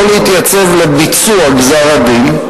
לא להתייצב לביצוע גזר-הדין,